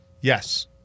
Yes